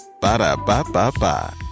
ba-da-ba-ba-ba